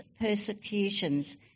persecutions